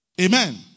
Amen